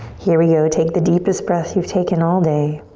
here we go, take the deepest breath you've taken all day.